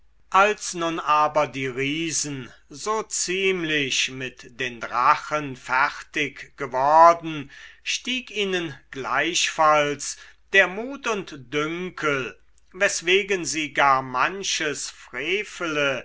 als nun aber die riesen so ziemlich mit den drachen fertig geworden stieg ihnen gleichfalls der mut und dünkel weswegen sie gar manches frevele